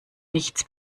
nichts